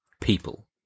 people